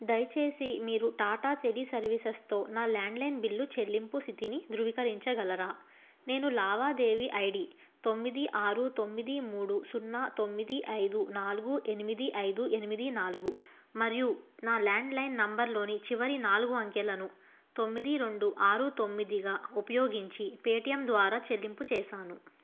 దయచేసి మీరు టాటా టెలీ సర్వీసెస్తో నా ల్యాండ్లైన్ బిల్లు చెల్లింపు స్థితిని ధృవీకరించగలరా నేను లావాదేవీ ఐ డీ తొమ్మిది ఆరు తొమ్మిది మూడు సున్నా తొమ్మిది ఐదు నాలుగు ఎనిమిది ఐదు ఎనిమిది నాలుగు మరియు నా ల్యాండ్లైన్ నెంబర్లోని చివరి నాలుగు అంకెలను తొమ్మిది రెండు ఆరు తొమ్మిదిగా ఉపయోగించి పేటీఎం ద్వారా చెల్లింపు చేశాను